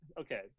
Okay